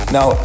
Now